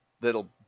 that'll